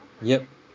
yup